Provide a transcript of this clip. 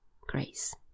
Grace